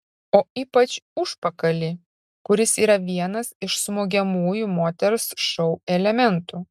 o ypač užpakalį kuris yra vienas iš smogiamųjų moters šou elementų